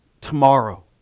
Tomorrow